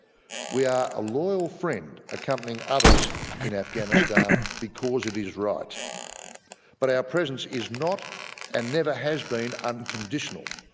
we are a loyal friend accompanying others in afghanistan because it is right but our presence is not and never has been unconditional.